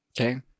Okay